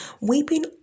Weeping